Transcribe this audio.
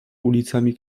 ulicami